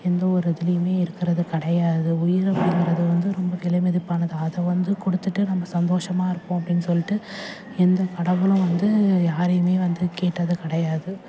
எந்த ஒரு இதுலேயுமே இருக்கிறது கிடையாது உயிர் அப்டிங்கிறது வந்து ரொம்ப விலை மதிப்பானது அதை வந்து கொடுத்துட்டு நம்ம சந்தோஷமாக இருப்போம் அப்படின்னு சொல்லிட்டு எந்தக் கடவுளும் வந்து யாரையுமே வந்து கேட்டது கிடையாது